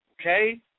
Okay